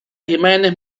imágenes